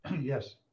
Yes